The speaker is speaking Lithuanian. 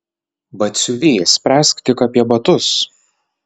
batsiuvy spręsk tik apie batus